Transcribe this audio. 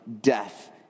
death